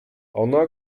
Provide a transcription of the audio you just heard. ona